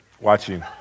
watching